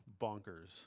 bonkers